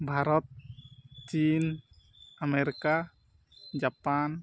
ᱵᱷᱟᱨᱚᱛ ᱪᱤᱱ America Japan